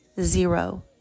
zero